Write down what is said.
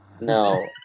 No